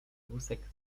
wózek